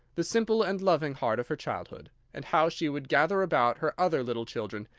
the simple and loving heart of her childhood and how she would gather about her other little children,